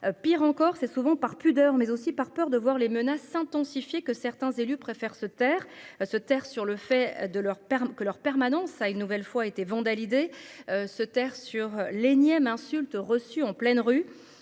pire encore, c'est souvent par pudeur, mais aussi par peur de voir les menaces intensifier que certains élus préfèrent se taire se taire sur le fait de leur Perm que leur permanence a une nouvelle fois été vandalisée se taire sur l'énième insultes reçues en pleine rue,